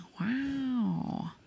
Wow